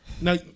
Now